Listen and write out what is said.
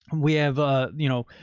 and we have a, you know,